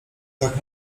tak